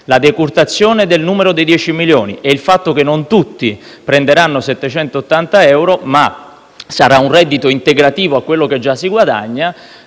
la decurtazione del numero dei 10 milioni e il fatto che non tutti prenderanno 780 euro ma sarà un reddito integrativo a quello che già si guadagna,